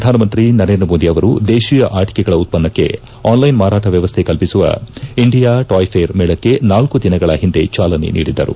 ಪ್ರಧಾನ ಮಂತ್ರಿ ನರೇಂದ್ರ ಮೋದಿ ಅವರು ದೇತಿಯ ಆಟಿಕೆಗಳ ಉತ್ತನ್ನಕ್ಷೆ ಆನ್ ಲೈನ್ ಮಾರಾಟ ವ್ಯವಸ್ಥೆ ಕಲ್ಪಿಸುವ ಇಂಡಿಯಾ ಟಾಯ್ ಫೇರ್ ಮೇಳಕ್ಕೆ ನಾಲ್ಲು ದಿನಗಳ ಹಿಂದೆ ಚಾಲನೆ ನೀಡಿದ್ದರು